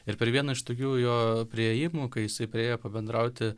ir per vieną iš tokių jo priėjimų kai jisai priėjo pabendrauti